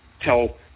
tell